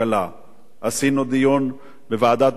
עשינו דיון בוועדת ביקורת המדינה.